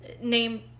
name